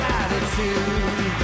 attitude